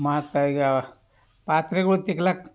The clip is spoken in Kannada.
ಮತ್ತೆ ಈಗ ಪಾತ್ರೆಗಳು ತಿಕ್ಲಕ್ಕ